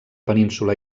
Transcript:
península